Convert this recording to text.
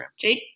Jake